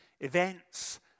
events